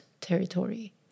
territory